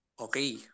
okay